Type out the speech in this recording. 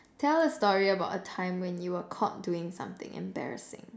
tell a story about a time when you were caught doing something embarrassing